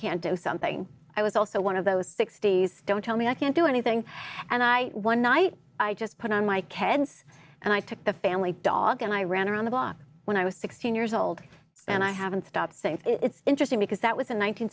can't do something i was also one of those sixty's don't tell me i can't do anything and i one night i just put on my kids and i took the family dog and i ran around the block when i was sixteen years old and i haven't stopped saying it's interesting because that was in